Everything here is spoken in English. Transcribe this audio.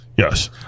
Yes